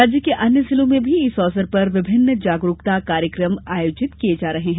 राज्य के अन्य जिलों में भी इस अवसर पर विभिन्न जागरूकता कार्यक्रम आयोजित किये जा रहे हैं